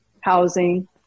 housing